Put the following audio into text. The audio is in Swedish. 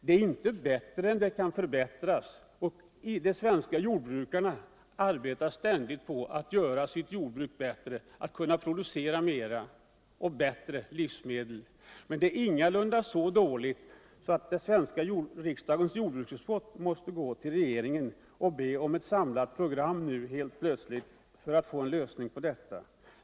Det är inte bättre än att det kan utvecklas ytterligare, och de svenska jordbrukarna arbetar ständigt på att förkovra sina jordbruk för att kunna producera mera och för förbättrade livsmedel. Men näringen är ingalunda så dåligt ställd att den svenska riksdagens jordbruksutskott nu plötsligt måste gå till regeringen och be om ett samlat program för att få en lösning på problemen.